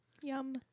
Yum